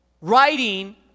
writing